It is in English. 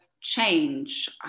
change